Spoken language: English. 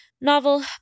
novel